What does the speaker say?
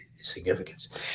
significance